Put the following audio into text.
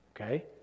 Okay